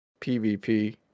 PvP